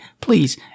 please